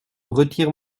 retire